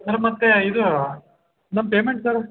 ಹಾಂ ಮತ್ತು ಇದು ನಮ್ಮ ಪೇಮೆಂಟ್ ಸರ್